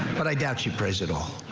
but i got to present all.